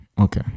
Okay